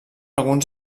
alguns